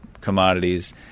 commodities